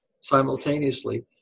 simultaneously